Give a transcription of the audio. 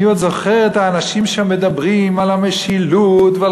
אני עוד זוכר את האנשים שם מדברים על המשילות ועל